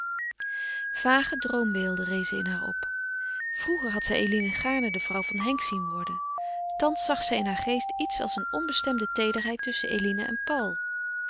vage droombeelden rezen in haar op vroeger had zij eline gaarne de vrouw van henk zien worden thans zag zij in haren geest iets als een onbestemde teederheid tusschen eline en paul